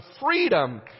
freedom